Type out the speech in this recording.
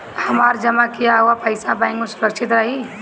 हमार जमा किया हुआ पईसा बैंक में सुरक्षित रहीं?